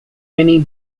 many